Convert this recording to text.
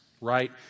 Right